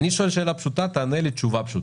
אני שואל שאלה פשוטה, תענה לי תשובה פשוטה.